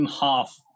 half